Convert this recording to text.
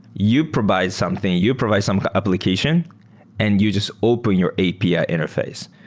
you provide something. you provide some application and you just open your api ah interface,